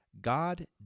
god